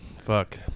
Fuck